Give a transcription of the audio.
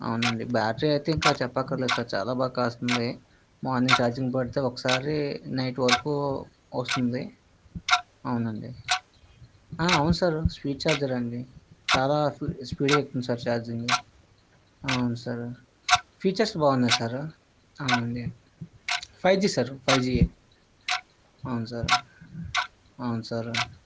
అవునండి బ్యాటరీ అయితే ఇంకా చెప్పక్కర్లేదు చాలా బాగా కాస్తుంది మార్నింగ్ ఛార్జింగ్ పెడితే ఒకసారి నైట్ వరకు వస్తుంది అవునండి ఆ అవును సార్ స్పీడ్ చార్జర్ అండి చాలా స్పీడ్గా ఎక్కుతుంది సార్ ఛార్జింగ్ ఆ అవును సార్ ఫీచర్స్ బాగున్నాయి సార్ అవునండి ఫైవ్ జీ సార్ ఫైవ్జీయే అవును సార్ అవును సార్